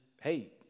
hey